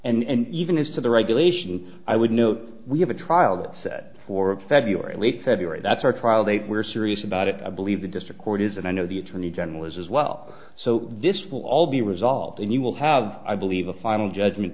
not and even as to the regulation i would note we have a trial date set for february late february that's our trial date we're serious about it i believe the district court is and i know the attorney general is as well so this will all be resolved and you will have i believe a final judgment